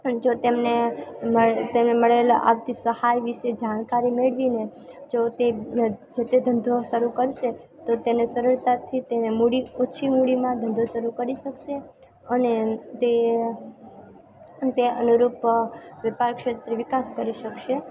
અને જો તેમને તેમને મળેલા આર્થિક સહાય વિશે જાણકારી મેળવી લે જોતે જેતે ધંધો શરૂ કરશે તો તેને સરળતાથી તેને મૂડી ઓછી મૂડીમાં ધંધો શરૂ કરી શકસે અને તે તે અનુરૂપ વેપાર ક્ષેત્રે વિકાસ કરી શકશે